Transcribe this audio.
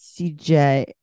cj